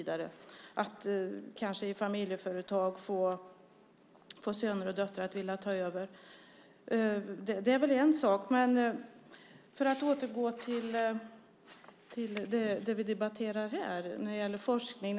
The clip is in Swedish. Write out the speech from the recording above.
Det blev kanske lättare att få söner och döttrar att vilja ta över familjeföretag. Men låt mig återgå till det vi debatterar här, nämligen forskning.